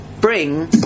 bring